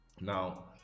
Now